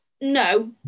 no